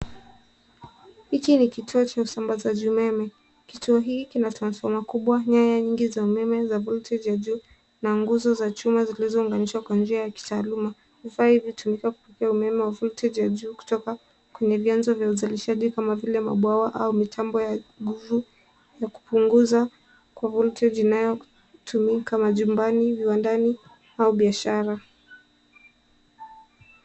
Hiki ni kituo cha usambazaji umeme. Kituo hiki kina transfoma kubwa, nyaya nyingi za umeme za voltage ya juu na nguzo za chuma zilizounganishwa kwa njia ya kitaluma. Vifaa hivi hutumika kupitia umeme wa voltage ya juu kutoka kwenye vyanzo vya uzalishaji kama vile mabwawa au mitambo ya nguvu ya kupunguza kwa voltage inayotumika majumbani, viwandani au biashara.